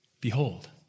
behold